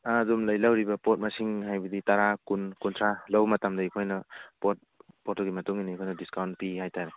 ꯑꯥ ꯑꯗꯨꯝ ꯂꯩ ꯂꯧꯔꯤꯕ ꯄꯣꯠ ꯃꯁꯤꯡ ꯍꯥꯏꯕꯗꯤ ꯇꯔꯥ ꯀꯨꯟ ꯀꯨꯟꯊ꯭ꯔꯥ ꯂꯧꯕ ꯃꯇꯝꯗ ꯑꯩꯈꯣꯏꯅ ꯄꯣꯠ ꯄꯣꯠꯇꯨꯒꯤ ꯃꯇꯨꯡ ꯏꯟꯅ ꯑꯩꯈꯣꯏꯅ ꯗꯤꯁꯀꯥꯎꯟ ꯄꯤ ꯍꯥꯏꯇꯥꯔꯦ